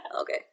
Okay